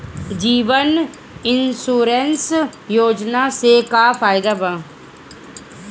जीवन insurance योजना से का फायदा बा?